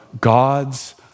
God's